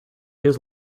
his